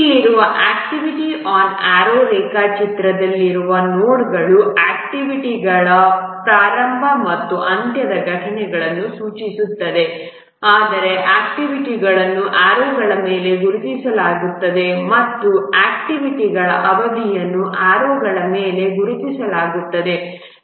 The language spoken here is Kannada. ಇಲ್ಲಿರುವ ಆಕ್ಟಿವಿಟಿ ಆನ್ ಆರೋ ರೇಖಾಚಿತ್ರದಲ್ಲಿ ನೋಡ್ಗಳು ಆಕ್ಟಿವಿಟಿಗಳ ಪ್ರಾರಂಭ ಮತ್ತು ಅಂತ್ಯದ ಘಟನೆಗಳನ್ನು ಸೂಚಿಸುತ್ತದೆ ಆದರೆ ಆಕ್ಟಿವಿಟಿಗಳನ್ನು ಆರೋಗಳ ಮೇಲೆ ಗುರುತಿಸಲಾಗುತ್ತದೆ ಮತ್ತು ಆಕ್ಟಿವಿಟಿಗಳ ಅವಧಿಯನ್ನು ಆರೋಗಳ ಮೇಲೆ ಗುರುತಿಸಲಾಗುತ್ತದೆ